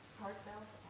heartfelt